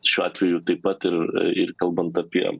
šiuo atveju taip pat ir ir kalbant apie